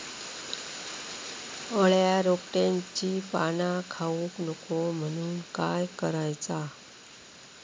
अळ्या रोपट्यांची पाना खाऊक नको म्हणून काय करायचा?